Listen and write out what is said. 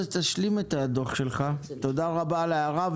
תודה רבה על ההערה.